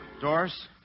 Doris